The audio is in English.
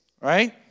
right